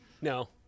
No